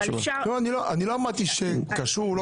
לא, אני לא אמרתי שזה קשור.